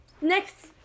next